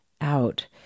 out